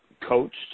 coached